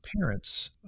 parents